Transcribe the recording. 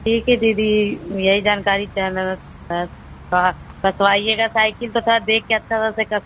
ठीक है दिदी यही जानकारी कसवाइएगा साइकिल तो थोड़ा देख के अच्छा सा